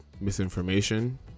misinformation